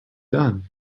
done